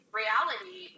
reality